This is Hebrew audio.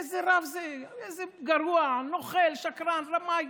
איזה רב זה, איזה גרוע, נוכל, שקרן, רמאי.